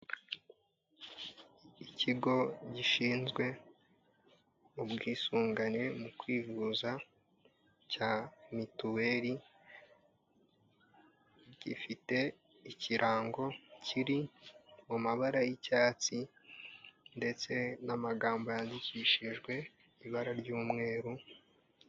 Ikigo gishinzwe ubwisungane mu kwivuza cya mituweri, gifite ikirango kiri mu mabara y'icyatsi, ndetse n'amagambo yandikishijwe ibara ry'umweru.